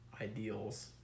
ideals